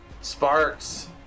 Sparks